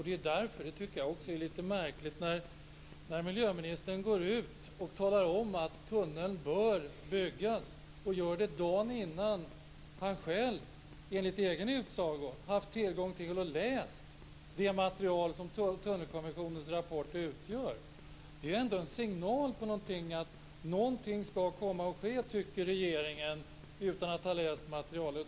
Det är därför som det är litet märkligt att miljöministern går ut och talar om att tunneln bör byggas och gör det dagen innan han själv enligt egen utsago haft tillgång till och läst det material som Tunnelkommissionens rapport utgör. Det är ju ändå en signal om att regeringen utan att ha läst materialet tycker att någonting skall komma att ske.